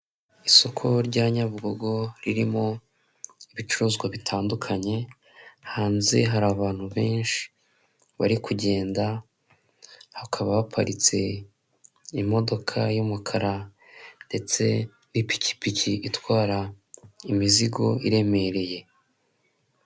Isoko rya Nyabugogo ririmo ibicuruzwa bitandukanye, hanze hari abantu benshi bari kugenda hakaba haparitse imodoka y'umukara ndetse n'ipikipiki itwara imizigo iremereye.